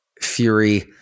Fury